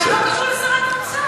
לא קשור לשרת האוצר,